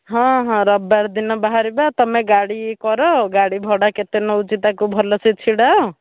ହଁ ହଁ ରବିବାର ଦିନ ବାହାରିବା ତୁମେ ଗାଡ଼ି କର ଗାଡ଼ି ଭଡ଼ା କେତେ ନେଉଛି ତାକୁ ଭଲସେ ଛିଡ଼ାଅ